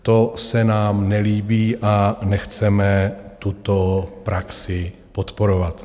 To se nám nelíbí a nechceme tuto praxi podporovat.